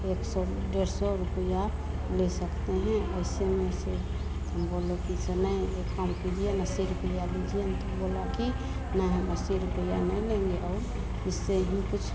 एक सौ डेढ़ सौ रुपया ले सकते हैं ऐसे में से तो हम बोले कि ऐसे नहीं एक काम कीजिए न अस्सी रुपया लीजिए न तो बोला कि नहीं हम अस्सी रूपया नहीं लेंगे और इससे ही कुछ